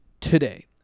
today